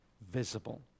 visible